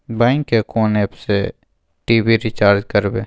Bank के कोन app से टी.वी रिचार्ज करबे?